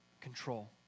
control